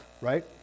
right